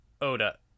Oda